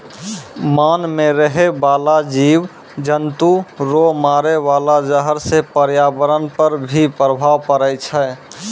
मान मे रहै बाला जिव जन्तु रो मारे वाला जहर से प्रर्यावरण पर भी प्रभाव पड़ै छै